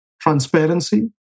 transparency